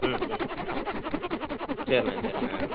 ம் ம் ம் சேரிண்ணா சேரிண்ணா